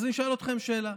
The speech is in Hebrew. אז אני שואל אתכם שאלה: